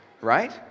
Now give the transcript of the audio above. Right